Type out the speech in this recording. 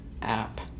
app